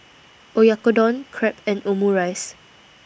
Oyakodon Crepe and Omurice